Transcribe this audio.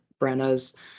Brenna's